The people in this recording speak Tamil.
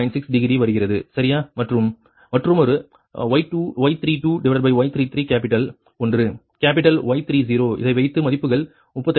6 டிகிரி வருகிறது சரியா மற்றொரு Y32Y33 கேப்பிட்டல் ஒன்று கேப்பிட்டல் Y30 இதை வைத்து மதிப்புகள் 35